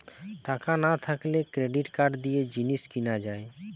টাকা না থাকলে ক্রেডিট কার্ড দিয়ে জিনিস কিনা যায়